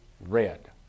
red